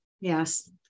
yes